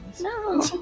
No